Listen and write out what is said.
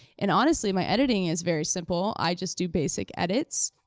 and honestly, my editing is very simple. i just do basic edits.